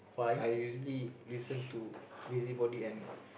I usually listen to busybody and